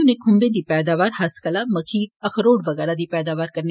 उनें खूम्बे दी पैदावार हस्तकला मखीर अखरोट वगैरा दी पैदावार करन